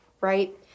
right